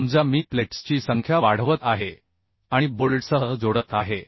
समजा मी प्लेट्सची संख्या वाढवत आहे आणि बोल्टसह जोडत आहे